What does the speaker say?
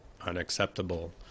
unacceptable